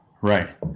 Right